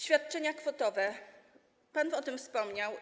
Świadczenia kwotowe - pan o tym wspomniał.